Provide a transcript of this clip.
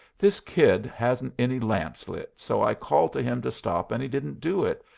this kid hadn't any lamps lit, so i called to him to stop and he didn't do it,